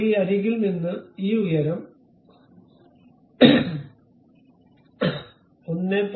ഇപ്പോൾ ഈ അരികിൽ നിന്ന് ഈ ഉയരം 1